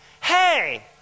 Hey